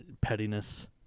pettiness